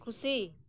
ᱠᱷᱩᱥᱤ